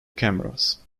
cameras